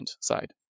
side